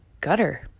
gutter